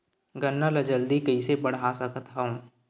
गन्ना ल जल्दी कइसे बढ़ा सकत हव?